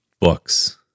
Books